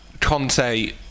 Conte